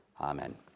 amen